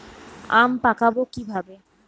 আম পাকাবো কিভাবে?